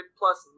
plus